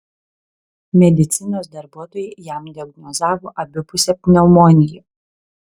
medicinos darbuotojai jam diagnozavo abipusę pneumoniją